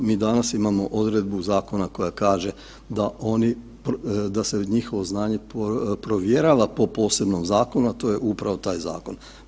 Mi danas imamo odredbu zakona koja kaže da se njihovo znanje provjerava po posebnom zakonu, a to je upravo taj zakon.